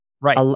right